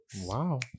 Wow